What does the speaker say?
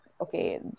okay